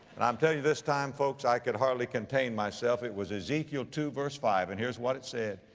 and i'm telling you this time, folks, i could hardly contain myself. it was ezekiel two verse five. and here's what it said.